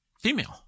female